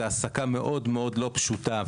זו העסקה מאוד לא פשוטה,